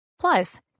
Plus